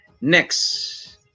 next